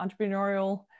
entrepreneurial